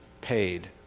paid